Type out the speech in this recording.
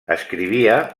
escrivia